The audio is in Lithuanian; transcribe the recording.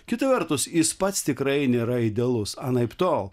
kita vertus jis pats tikrai nėra idealus anaiptol